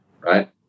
Right